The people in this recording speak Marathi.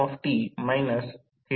037 Ω मिळवा